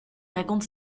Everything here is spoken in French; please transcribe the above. raconte